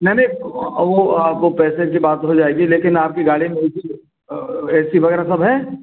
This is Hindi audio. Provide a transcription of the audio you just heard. नहीं नहीं वो वो पैसे की बात हो जाएगी लेकिन आपकी गाड़ी में ए सी वगैरह सब है